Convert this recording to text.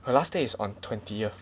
her last day is on twentieth